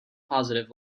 positive